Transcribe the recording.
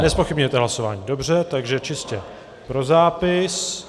Nezpochybňujete hlasování, dobře, takže čistě pro zápis.